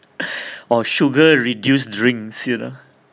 or sugar reduce drinks you know